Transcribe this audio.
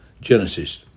Genesis